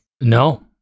no